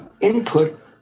input